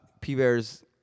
P-Bear's